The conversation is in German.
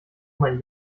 mein